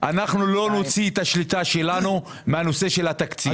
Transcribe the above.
הוא שאנחנו לא נוציא את השליטה שלנו מהנושא של התקציב.